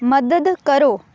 ਮਦਦ ਕਰੋ